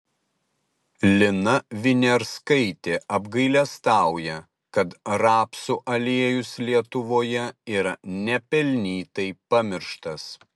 lina viniarskaitė apgailestauja kad rapsų aliejus lietuvoje yra nepelnytai pamirštas